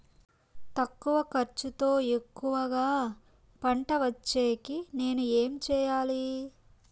తక్కువ ఖర్చుతో ఎక్కువగా పంట వచ్చేకి నేను ఏమి చేయాలి?